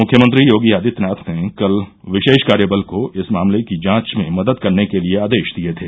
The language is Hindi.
मुख्यमंत्री योगी आदित्यनाथ ने कल विशेष कार्यबल को इस मामले की जांच में मदद करने के लिए आदेश दिए थे